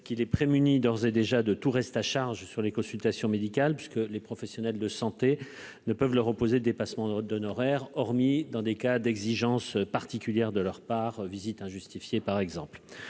qui les prémunit d'ores et déjà de tout reste à charge sur les consultations médicales parce que les professionnels de santé ne peuvent leur reposer dépassement d'honoraires, hormis dans des cas d'exigences particulières de leur part, visite injustifiée par exemple,